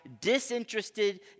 Disinterested